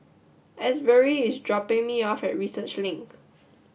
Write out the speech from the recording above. Asbury is dropping me off at Research Link